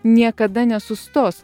niekada nesustos